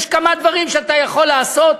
יש כמה דברים שאתה יכול לעשות.